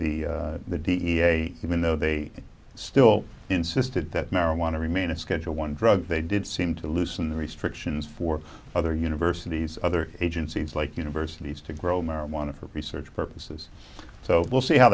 the the the da even though they still insisted that marijuana remain a schedule one drug they did seem to loosen the restrictions for other universities other agencies like universities to grow marijuana for research purposes so we'll see how